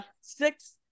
six